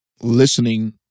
listening